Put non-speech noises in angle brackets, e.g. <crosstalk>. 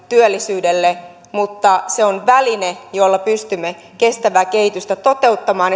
<unintelligible> työllisyydelle mutta se on väline jolla pystymme kestävää kehitystä toteuttamaan <unintelligible>